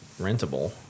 rentable